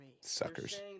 Suckers